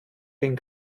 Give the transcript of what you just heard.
den